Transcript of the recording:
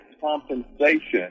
compensation